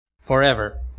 forever